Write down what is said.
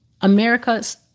America's